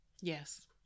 Yes